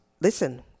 listen